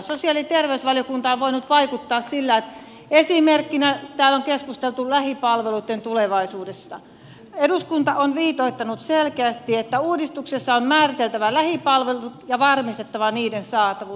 sosiaali ja terveysvaliokunta on voinut vaikuttaa sillä että esimerkkinä täällä on keskusteltu lähipalveluitten tulevaisuudesta ja eduskunta on viitoittanut selkeästi että uudistuksessa on määriteltävä lähipalvelut ja varmistettava niiden saatavuus